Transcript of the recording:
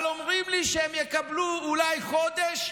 אבל אומרים לי שהם יקבלו אולי חודש,